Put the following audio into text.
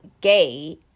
gay